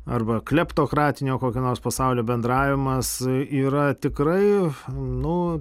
arba kleptokratinio kokio nors pasaulio bendravimas yra tikrai nu